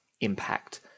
impact